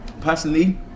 Personally